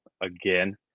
again